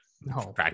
no